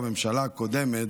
בממשלה הקודמת,